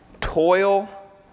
toil